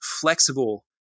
flexible